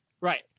Right